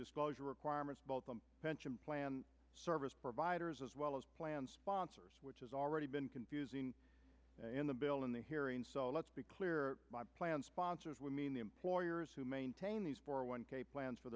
disclosure requirements pension plan service providers as well as plan sponsors which has already been confusing in the bill in the hearing let's be clear my plan sponsored would mean the employers who maintain these four one k plans for